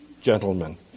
gentlemen